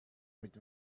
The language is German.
mit